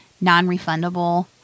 non-refundable